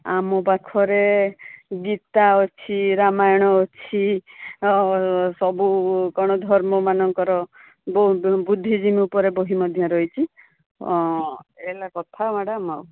ଆମ ପାଖରେ ଗୀତା ଅଛି ରାମାୟଣ ଅଛି ଆଉ ସବୁ କ'ଣ ଧର୍ମମାନଙ୍କର ବୁଦ୍ଧିଜୀବୀ ଉପରେ ବହି ମଧ୍ୟ ରହିଛି ଏଇ ହେଲା କଥା ମ୍ୟାଡମ୍ ଆଉ